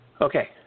Okay